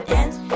Dance